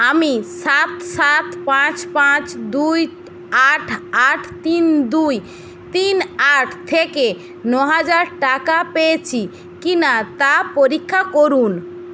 আমি সাত সাত পাঁচ পাঁচ দুই আট আট তিন দুই তিন আট থেকে ন হাজার টাকা পেয়েছি কি না তা পরীক্ষা করুন